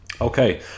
okay